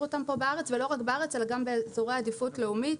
אותם פה בארץ ולא רק בארץ אלא גם באזורי עדיפות לאומית.